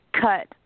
cut